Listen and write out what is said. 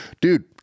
dude